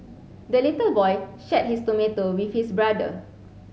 the little boy shared his tomato with his brother